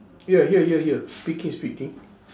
ya here here here speaking speaking